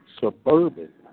Suburban